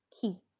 Key